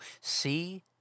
see